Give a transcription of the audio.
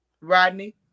Rodney